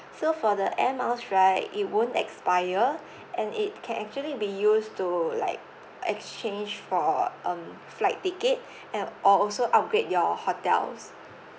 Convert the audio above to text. so for the air miles right it won't expire and it can actually be used to like exchange for um flight ticket and or also upgrade your hotels